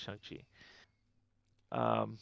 Shang-Chi